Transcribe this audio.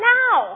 now